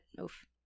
oof